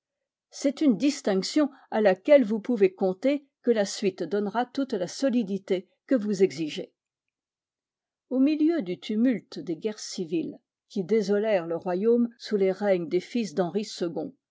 c'est une distinction à laquelle vous pouvez compter que la suite donnera toute la solidité que vous exigez au milieu du tumulte des guerres civiles qui désolèrent le royaume sous les règnes des fils d'henri second